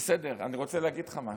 בסדר, אני רוצה להגיד לך משהו.